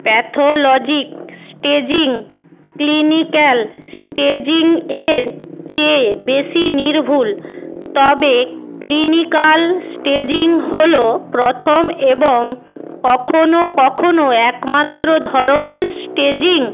pathologic staging clinical স্টেজিংয়ের চেয়ে বেশি নির্ভুল তবে ক্লিনিকাল স্টেজিং হলো প্রথম এবং কখনো কখনো একমাত্র ধরনের স্টেজিং